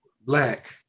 black